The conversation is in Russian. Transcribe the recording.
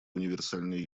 универсальной